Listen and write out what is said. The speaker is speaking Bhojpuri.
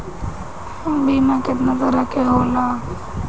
बीमा केतना तरह के होला?